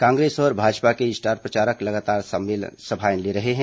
कांग्रेस और भाजपा के स्टार प्रचारक लगातार सभाएं ले रहे हैं